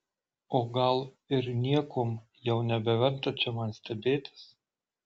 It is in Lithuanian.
o gal ir niekuom jau nebeverta čia man stebėtis